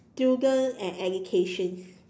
student and education